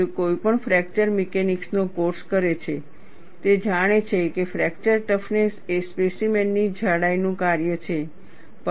જે કોઈપણ fracture mechanics નો કોર્સ કરે છે તે જાણે છે કે ફ્રેક્ચર ટફનેસ એ સ્પેસીમેન ની જાડાઈ નું કાર્ય છે